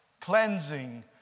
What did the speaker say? cleansing